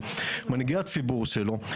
מנהיגי הציבור של החברה הערבית בישראל,